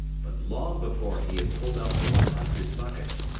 but long before he had pulled up the one hundred buckets,